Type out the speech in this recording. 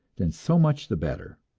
then so much the better!